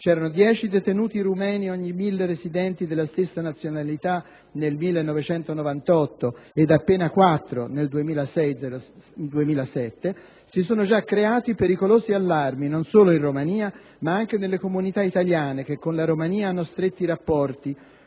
(c'erano 10 detenuti rumeni ogni 1000 residenti della stessa nazionalità nel 1998-2001, appena 4 nel 2006-07), si sono già creati pericolosi allarmi, non solo in Romania, ma anche nelle comunità italiane che con la Romania hanno stretti rapporti.